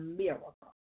miracle